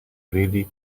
really